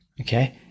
Okay